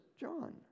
John